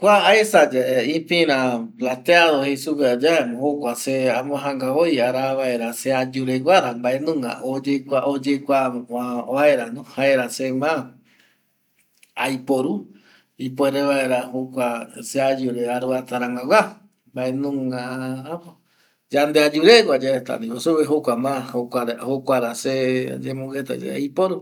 Kua aesa ye pira plateado va jokua se amojanga voi ara vaera se ayu vaere oyekua vera jaera se ma aiporu vaera se ayu re aruata rangagua yandeayureta jaema se jokuare se ma ayemongueta aiporu